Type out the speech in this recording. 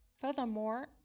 Furthermore